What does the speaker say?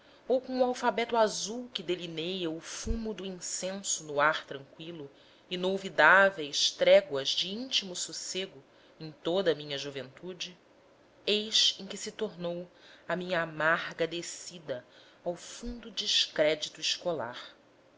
ou com o alfabeto azul que delineia o fumo do incenso no ar tranqüilo inolvidáveis tréguas de íntimo sossego em toda a minha juventude eis em que se tornou a minha amarga descida ao fundo descrédito escolar